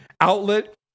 outlet